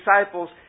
disciples